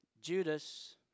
Judas